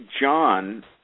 John